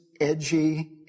edgy